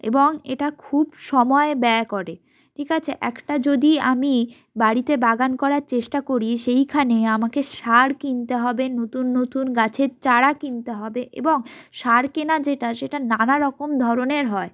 এবং এটা খুব সময় ব্যয় করে ঠিক আছে একটা যদি আমি বাড়িতে বাগান করার চেষ্টা করি সেইখানে আমাকে সার কিনতে হবে নতুন নতুন গাছের চারা কিনতে হবে এবং সার কেনা যেটা সেটা নানা রকম ধরনের হয়